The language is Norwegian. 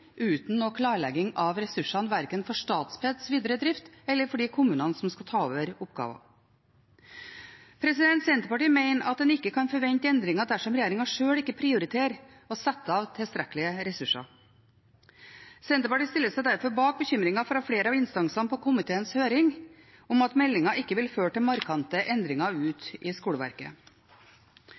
uten noen klarlegging av ressursene verken for Statpeds videre drift eller for de kommunene som skal ta over oppgaver. Senterpartiet mener at en ikke kan forvente endringer dersom regjeringen sjøl ikke prioriterer å sette av tilstrekkelige ressurser. Senterpartiet stiller seg derfor bak bekymringen fra flere av instansene i komiteens høring, om at meldingen ikke vil føre til markante endringer ute i skoleverket.